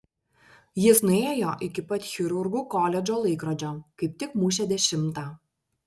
jis nuėjo iki pat chirurgų koledžo laikrodžio kaip tik mušė dešimtą